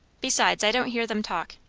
besides, i don't hear them talk.